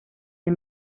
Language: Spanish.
del